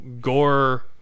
Gore